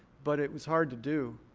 but it was hard to do.